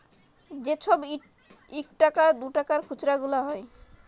যে ছব ইকটাকা দুটাকার খুচরা গুলা হ্যয়